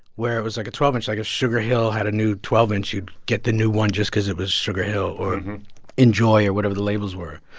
where it was like a twelve inch like if sugar hill had a new twelve inch, you'd get the new one just because it was sugar hill or enjoy or whatever the labels were.